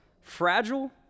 Fragile